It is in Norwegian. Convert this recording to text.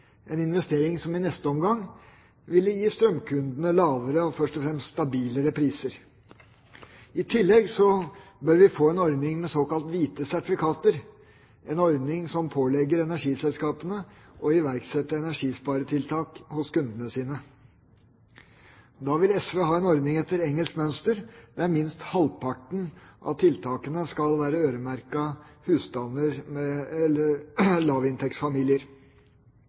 en investering som i neste omgang ville gi strømkundene lavere og først og fremst mer stabile priser. I tillegg bør vi få en ordning med såkalt hvite sertifikater, en ordning som pålegger energiselskapene å iverksette energisparetiltak hos kundene sine. Da vil SV ha en ordning etter engelsk mønster, der minst halvparten av tiltakene skal være øremerket lavinntektsfamilier.